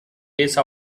lace